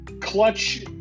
clutch